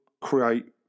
create